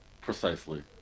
Precisely